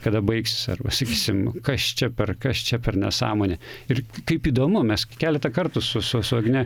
kada baigsis arba sakysim nu kas čia per kas čia per nesąmonė ir kaip įdomu mes keletą kartu su su su agne